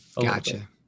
gotcha